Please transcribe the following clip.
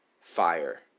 fire